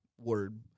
word